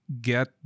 get